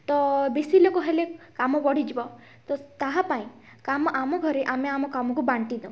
ତ ବେଶୀ ଲୋକ ହେଲେ କାମ ବଢ଼ିଯିବ ତସ୍ ତାହାପାଇଁ କାମ ଆମ ଘରେ ଆମ ଆମ କାମକୁ ବାଣ୍ଟିଦେଉ